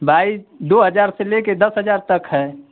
भाई दो हजार से लेके दस हजार तक है